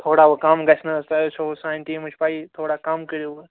تھوڑا وۅنۍ کم گَژھِ نا حظ تۄہہِ حظ چھَو وۅنۍ سانہِ ٹیٖمٕچ پَیی تھوڑا کم کٔرِو وۅنۍ